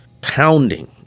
pounding